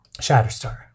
Shatterstar